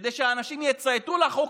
כדי שהאנשים יצייתו לחוקים,